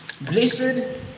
Blessed